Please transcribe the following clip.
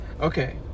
Okay